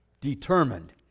determined